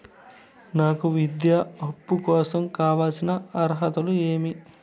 నాకు విద్యా అప్పు కోసం కావాల్సిన అర్హతలు ఏమి?